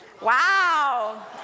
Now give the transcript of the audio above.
Wow